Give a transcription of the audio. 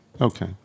Okay